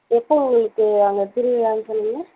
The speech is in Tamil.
எப்போ உங்களுக்கு அங்கே திருவிழான்னு சொன்னிங்க